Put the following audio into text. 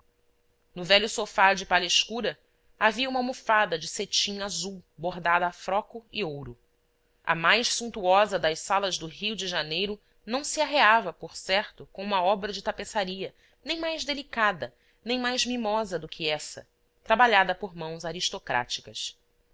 no velho sofá de palha escura havia uma almofada de cetim azul bordada a froco e ouro a mais suntuosa das salas do rio de janeiro não se arreava por certo com uma obra de tapeçaria nem mais delicada nem mais mimosa do que essa trabalhada por mãos aristocráticas